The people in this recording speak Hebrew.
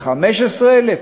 15,000,